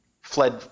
fled